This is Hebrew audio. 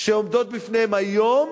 שעומדות בפניהם היום,